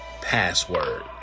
password